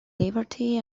liberty